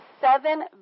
seven